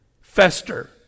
fester